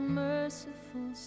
merciful